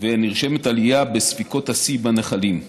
ונרשמת עלייה בספיקות השיא בנחלים.